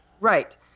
Right